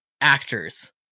actors